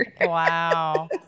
Wow